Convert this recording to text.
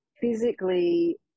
physically